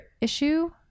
issue